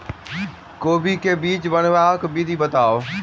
कोबी केँ बीज बनेबाक विधि बताऊ?